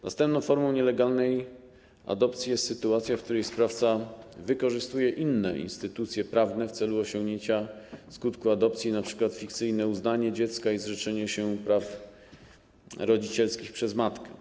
Następną formą nielegalnej adopcji jest sytuacja, w której sprawca wykorzystuje inne instytucje prawne w celu osiągnięcia skutku adopcji, np. fikcyjne uznanie dziecka i zrzeczenie się praw rodzicielskich przez matkę.